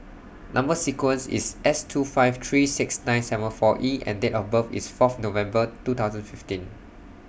Number sequence IS S two five three six nine seven four E and Date of birth IS Fourth November two thousand fifteen